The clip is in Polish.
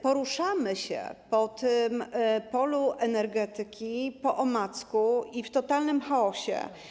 Poruszamy się po polu energetyki po omacku i w totalnym chaosie.